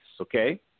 okay